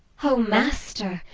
o master,